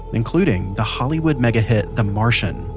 including the hollywood mega-hit the martian,